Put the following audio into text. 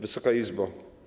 Wysoka Izbo!